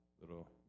little